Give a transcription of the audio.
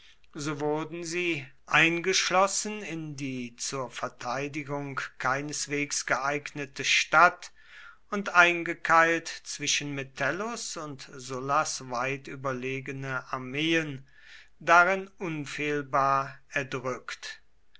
so wurden sie eingeschlossen in die zur verteidigung keineswegs geeignete stadt und eingekeilt zwischen metellus und sullas weit überlegene armeen darin unfehlbar erdrückt